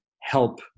help